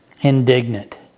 indignant